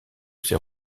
ses